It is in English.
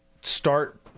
start